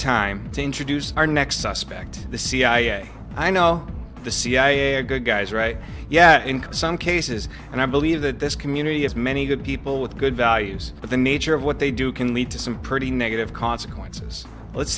to introduce our next suspect the cia i know the cia are good guys right yeah in some cases and i believe that this community has many good people with good values but the nature of what they do can lead to some pretty negative consequences let's